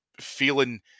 feeling